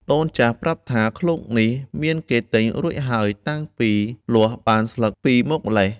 ដូនចាស់ប្រាប់ថា “ឃ្លោកនេះមានគេទិញរួចហើយ តាំងពីលាស់បានស្លឹកពីរមកម៉្លេះ”។